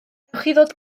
wnewch